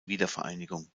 wiedervereinigung